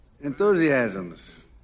Enthusiasms